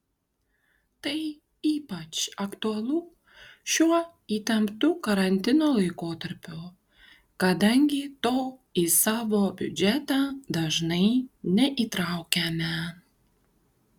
tai ypač aktualu šiuo įtemptu karantino laikotarpiu kadangi to į savo biudžetą dažnai neįtraukiame